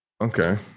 Okay